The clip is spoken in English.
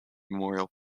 memorial